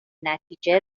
نتیجه